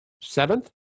Seventh